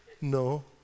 No